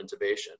intubation